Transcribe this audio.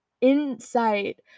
insight